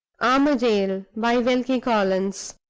armadale by wilkie collins